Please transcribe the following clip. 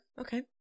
okay